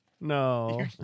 No